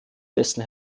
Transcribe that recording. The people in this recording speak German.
dessen